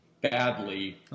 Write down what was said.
badly